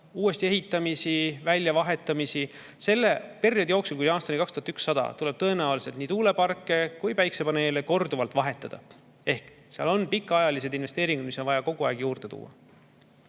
uusi jaamu, [vanu] välja vahetada. Selle perioodi jooksul, kuni aastani 2100, tuleb tõenäoliselt nii tuuleparke kui päikesepaneele korduvalt [uuendada] ehk seal on pikaajalised investeeringud, mida on kogu aeg juurde vaja.